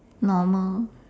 normal